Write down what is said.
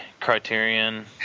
Criterion